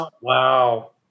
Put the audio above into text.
Wow